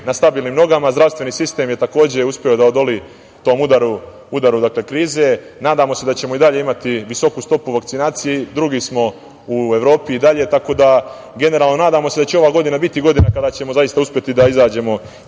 na stabilnim nogama, zdravstveni sistem je takođe uspeo da odoli tom udaru krize. Nadamo se da ćemo i dalje imati visoku stopu vakcinacije, drugi smo u Evropi i dalje, tako da generalno nadamo se da će ova godina biti godina kada ćemo zaista uspeti da izađemo